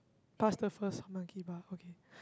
plus the first Monkey Bar okay